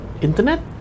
internet